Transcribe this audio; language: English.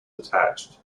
attached